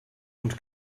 und